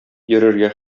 йөрергә